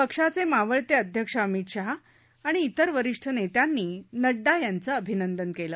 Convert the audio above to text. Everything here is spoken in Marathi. पक्षाचे मावळते अध्यक्ष अमित शहा आणि इतर वरीष्ठ नेत्यांनी नड्डा यांचं अभिनंदन केलं